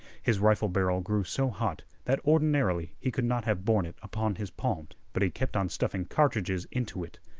his rifle barrel grew so hot that ordinarily he could not have borne it upon his palms but he kept on stuffing cartridges into it,